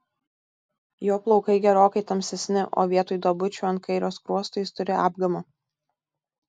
jo plaukai gerokai tamsesni o vietoj duobučių ant kairio skruosto jis turi apgamą